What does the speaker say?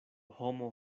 homo